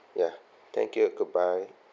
ya thank you goodbye